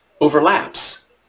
overlaps